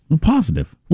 Positive